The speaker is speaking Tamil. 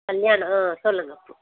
கல்யாணம் ஆ சொல்லுங்கள்